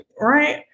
right